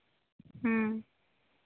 ᱦᱮᱸ